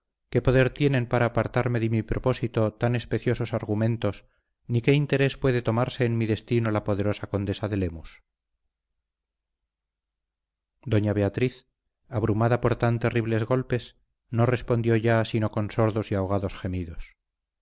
qué poder tienen para apartarme de mi propósito tan especiosos argumentos ni qué interés puede tomarse en mi destino la poderosa condesa de lemus doña beatriz abrumada por tan terribles golpes no respondió ya sino con sordos y ahogados gemidos